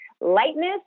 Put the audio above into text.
lightness